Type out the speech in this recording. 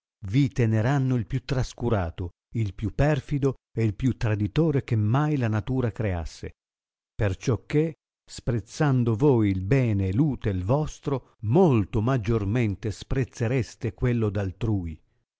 vi teneranno il più trascurato il più perfido e il più traditore che mai la natura creasse perciò che sprezzando voi il bene e l'utel vostro molto maggiormente sprezzereste quello d altrui